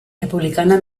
republicana